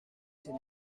c’est